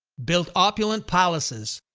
built opulent palaces,